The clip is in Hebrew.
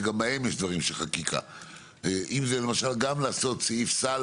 שגם בהם יש דברים של חקיקה כמו לעשות סעיף סל